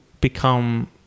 become